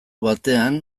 batean